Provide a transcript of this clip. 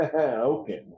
Okay